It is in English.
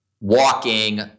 walking